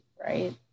right